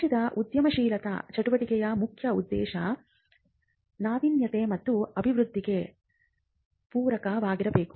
ರಾಜ್ಯದ ಉದ್ಯಮಶೀಲತಾ ಚಟುವಟಿಕೆಯ ಮುಖ್ಯ ಉದ್ದೇಶ ನಾವಿನ್ಯತೆ ಮತ್ತು ಅಭಿವೃದ್ಧಿಗೆ ಪೂರಕವಾಗಿರಬೇಕು